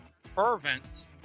fervent